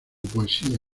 poesía